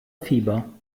fieber